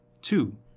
Two